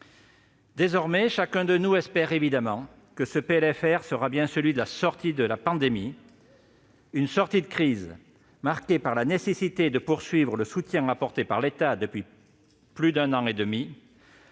Désormais, chacun de nous espère évidemment que ce projet de loi de finances rectificative sera bien celui de la sortie de la pandémie, une sortie de crise marquée par la nécessité de poursuivre le soutien apporté par l'État, depuis près d'un an et demi,